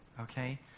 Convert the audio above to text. okay